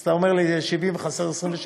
אז אתה אומר לי, 70, חסר 27,